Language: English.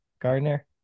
Gardner